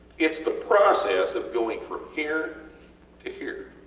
its the process of going from here to here